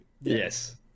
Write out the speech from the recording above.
Yes